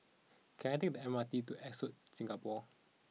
can I take the M R T to Ascott Singapore